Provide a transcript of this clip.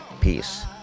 peace